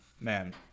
man